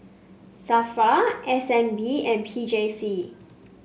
Safra S N B and P J C